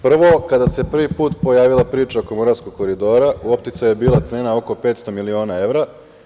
Prvo, kada se prvi put pojavila priča oko Moravskog koridora, u opticaju je bila cena oko 500 miliona evra.